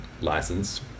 license